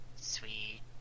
Sweet